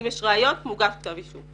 אם ישנן ראיות מוגש גם כתב אישום.